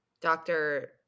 Doctor